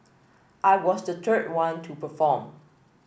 I was the third one to perform